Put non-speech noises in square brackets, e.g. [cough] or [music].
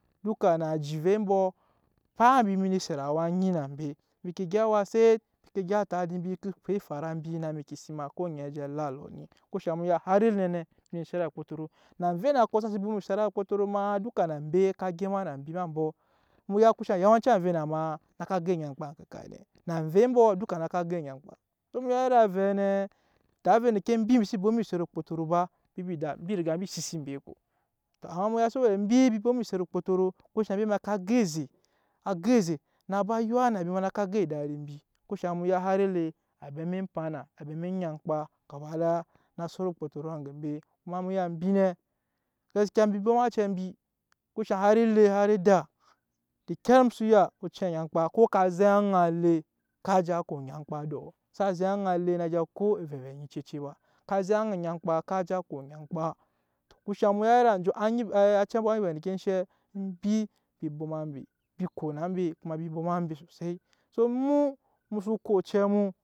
Duka na ajiemvei mbɔ empa mbi nee set awa anyi na mbe embi ke gyɛp awa set embi ke gya atadi mbi embi ke kpa efara mbi na mbi ke sima ko oŋɛ je la alɔ ni eŋke shaŋ mu ya har ele nɛ mbi set akpotoro ave enakɔ xsa si bwoma á set akpotoro maa duka na mbe ma ka gema na mbi eme ambɔ mu ya eŋke shaŋ yawanci ave enak maa á ka go enyankpa na amvei mbɔ duka á naka go enyankpa duk emi ya iri avɛi nɛ da avɛ endeke embi mbi xse bwoma eset okpotoro ba mbi rigaya mbi sisi mbe ko, amma mu ya saboda embi mbi bwoma eset okpotoro eŋke shaŋ embe ma ka go eze á go eze naka ba yuwa na mbi maa na ka go edadi mbi eŋke shaŋ mu ya har ele abe eme opana abe eme nyankpa gabadaya á naa set okpotoro aŋge mbe kuma mu ya mbi nɛ gaskiya mbi bwoma acɛ mbi eŋke shaŋ har ele da kar mu ya ocɛ nyankpa ko ka zek aŋa ele na ka je ko onyankpa edɔ xsa zek aŋa ele na vii ko evɛvɛ anyi cece ba ka zek aŋa onyankpa ka je ko onyankpa [hesitation] acɛ mbɔ nyi vɛ endeke enshɛ embi mbi bwoma mbe mbi kona mbe kuma mbi bwoma mbe sosai so emu mu so ko ocɛ mu.